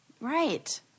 Right